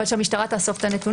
אבל שהמשטרה תאסוף את הנתונים.